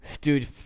Dude